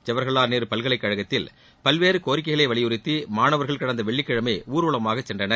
ஜவஹர்லால் நேரு பல்கலைக் கழகத்தில் பல்வேறு கோரிக்கைகளை வலியுறுத்தி மாணவர்கள் கடந்த வெள்ளிக்கிழமை ஊர்வலமாக சென்றனர்